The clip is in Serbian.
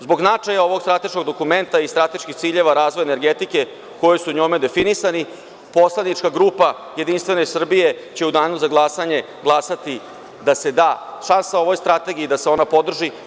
Zbog značaja ovog strateškog dokumenta i strateških ciljeva razvoja energetike koji su njome definisani, poslanička grupa JS će u Danu za glasanje glasati da se da šansa ovoj strategiji i da se ona podrži.